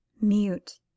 Mute